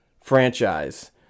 franchise